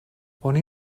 oni